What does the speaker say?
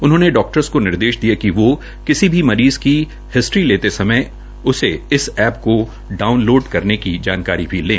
उन्होंने डाक्टर्स को निर्देश दिये है वो किसी मरीज की हिस्टरी लेते समय उसे इस एप्प को डानलोड करने की जानकारी भी लें